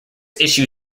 issue